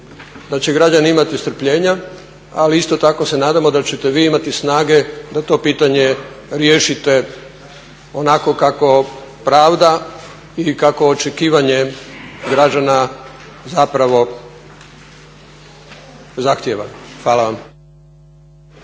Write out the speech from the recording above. da će građani imati strpljenja, ali isto tako se nadamo da ćete vi imati snage da to pitanje riješite onako kako pravda i kako očekivanje građana zapravo zahtjeva. Hvala vam. **Zgrebec,